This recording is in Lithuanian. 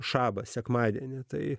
šabą sekmadienį tai